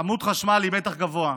בעמוד חשמל עם מתח גבוה.